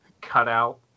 cutout